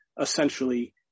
essentially